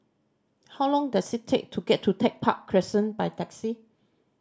how long does it take to get to Tech Park Crescent by taxi